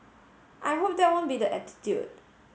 I hope that won't be the attitude